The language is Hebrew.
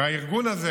הארגון הזה,